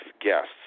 guests